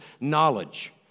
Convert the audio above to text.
knowledge